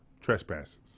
trespasses